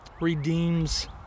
redeems